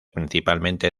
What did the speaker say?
principalmente